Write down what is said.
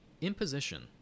imposition